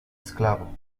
esclavo